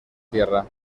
tierra